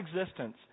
existence